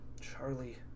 Charlie